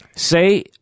Say